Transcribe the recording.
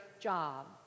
job